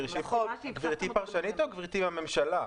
גברתי פרשנית או גברתי בממשלה?